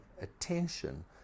attention